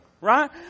right